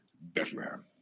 Bethlehem